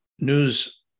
news